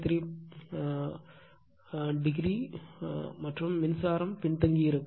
13 o மற்றும் மின்சாரம் பின்தங்கியிருக்கும்